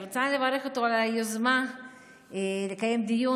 אני רוצה לברך אותו על היוזמה לקיים דיון